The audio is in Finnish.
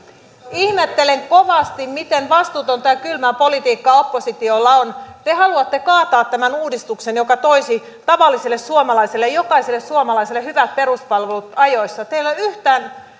ihmettelen kovasti miten vastuutonta ja kylmää politiikkaa oppositiolla on te haluatte kaataa tämän uudistuksen joka toisi tavallisille suomalaisille jokaiselle suomalaiselle hyvät peruspalvelut ajoissa teillä ei ole yhtään